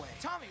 Tommy